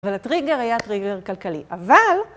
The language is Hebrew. אבל הטריגר היה טריגר כלכלי. אבל...